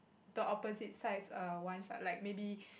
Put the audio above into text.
the opposite side are once are like may be